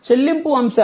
చెల్లింపు అంశాలు